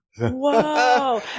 Whoa